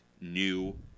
new